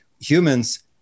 humans